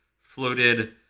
floated